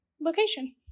location